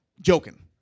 joking